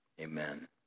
amen